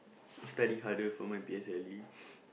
study harder for my P_S_L_E